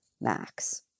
max